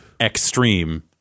Extreme